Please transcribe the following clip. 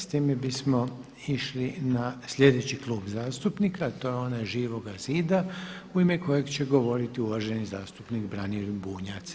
S time bismo išli na sljedeći klub zastupnika a to je onaj Živoga zida u ime kojeg će govoriti uvaženi zastupnik Branimir Bunjac.